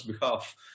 behalf